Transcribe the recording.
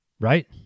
Right